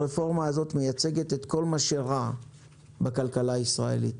הרפורמה הזאת מייצגת את כל מה שרע בכלכלה הישראלית